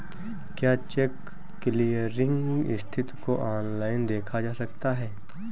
क्या cheque clearing स्थिति को ऑनलाइन देखा जा सकता है?